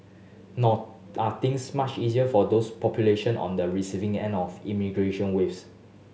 nor are things much easier for those population on the receiving end of immigration waves